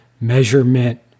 measurement